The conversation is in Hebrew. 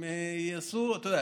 אתה יודע,